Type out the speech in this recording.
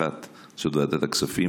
אחת זו ועדת הכספים,